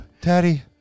Daddy